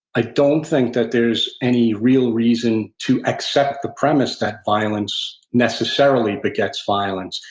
i don't think that there's any real reason to accept the premise that violence necessarily begets violence.